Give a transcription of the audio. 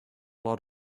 lot